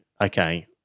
okay